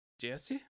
jesse